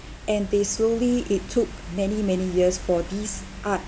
and they slowly it took many many years for these art